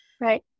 Right